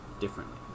differently